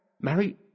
Mary